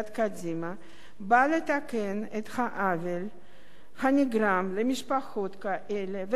קדימה באה לתקן את העוול הנגרם למשפחות כאלה ולאפשר